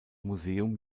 museum